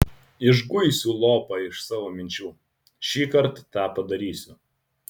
išguisiu lopą iš savo minčių šįkart tą padarysiu